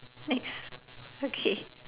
next okay